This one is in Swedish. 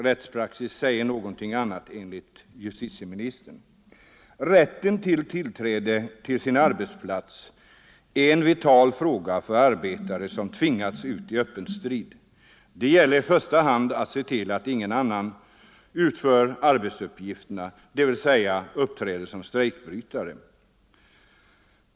Enligt justitieministern är praxis en annan. Rätten till tillträde till sin arbetsplats är en vital fråga för arbetare som tvingats ut i öppen strid. Det gäller i första hand att se till att ingen annan utför arbetsuppgifterna, dvs. uppträder som strejkbrytare.